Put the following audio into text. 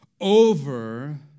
over